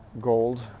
gold